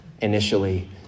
initially